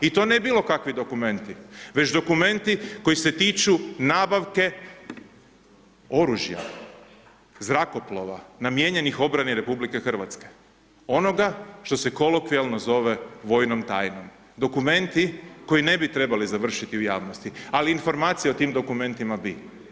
I to ne bilo kakvi dokumenti, već dokumenti koji se tiču nabavke oružja, zrakoplova namijenjenih obrani Republike Hrvatske onoga što se kolokvijalno zove vojnom tajnom, dokumenti koji ne bi trebali završiti u javnosti, ali informacije o tim dokumenti bi.